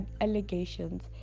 allegations